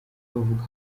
bavuga